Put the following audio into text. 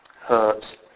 hurt